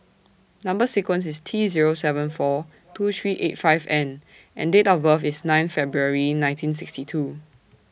Number sequence IS T Zero seven four two three eight five N and Date of birth IS nine February nineteen sixty two